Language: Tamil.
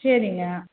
சரிங்க